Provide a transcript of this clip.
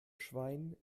schwein